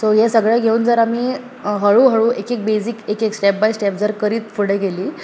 so हें सगळें घेवन जर आमी हळूहळू एक एक बेसीक एक स्टॅप बाय स्टॅप जर करीत फुडें गेलीं